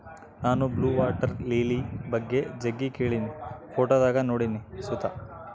ನಾನು blue water lily ಬಗ್ಗೆ ಜಗ್ಗಿ ಕೇಳಿನಿ, ಫೋಟೋದಾಗ ನೋಡಿನಿ ಸುತ